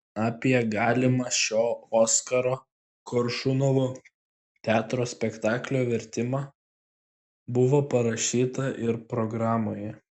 apie galimą šio oskaro koršunovo teatro spektaklio vertimą buvo parašyta ir programoje